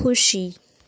ખુશી